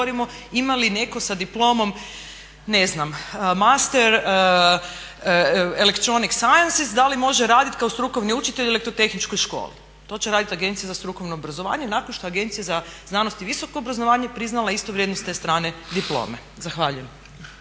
ima li netko sa diplomom ne znam master electronic sciencies da li može raditi kao strukovni učitelj u elektrotehničkoj školi. To će raditi Agencija za strukovno obrazovanje nakon što Agencija za znanost i visoko obrazovanje prizna istu vrijednost te strane diplome. Zahvaljujem.